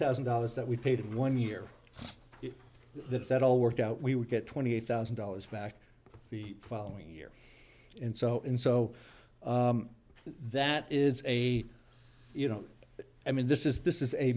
thousand dollars that we paid one year that that all worked out we would get twenty eight thousand dollars back the following year and so and so that is a you know i mean this is this is a